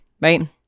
right